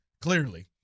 Clearly